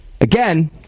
Again